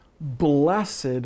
blessed